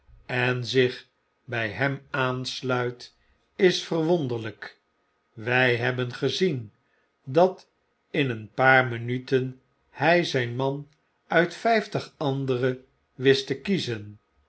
en zich bij hem aansluit is verwonderlijk wij hebben gezien dat in een paar minuten hij zijn man uit vijftig andere wist te kiezen